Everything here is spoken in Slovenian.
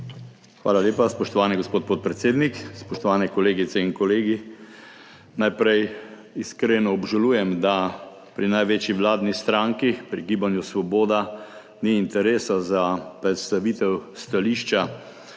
Hvala lepa, spoštovani gospod podpredsednik. Spoštovane kolegice in kolegi! Najprej iskreno obžalujem, da pri največji vladni stranki, v Gibanju Svoboda, ni interesa za predstavitev stališča